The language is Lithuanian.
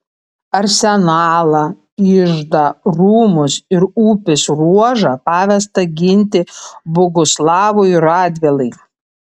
arsenalą iždą rūmus ir upės ruožą pavesta ginti boguslavui radvilai